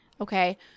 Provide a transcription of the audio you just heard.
Okay